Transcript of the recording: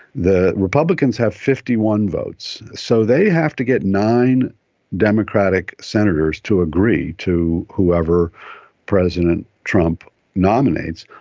the republicans have fifty one votes, so they have to get nine democratic senators to agree to whoever president trump nominates,